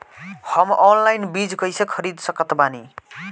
हम ऑनलाइन बीज कइसे खरीद सकत बानी?